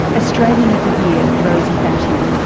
australian of the year, rosie batty,